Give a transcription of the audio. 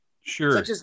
Sure